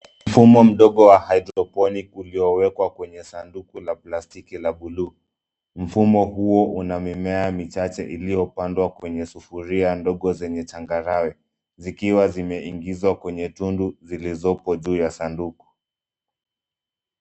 Mfumo mdogo wa hydroponic uliowekwa kwenye sanduku la plastiki la buluu. Mfumo huo una mimea michache iliyopandwa kwenye sufuria ndogo zenye changarawe, zikiwa zimeingizwa kwenye tundu zilizopo juu ya sanduku.